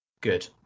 Good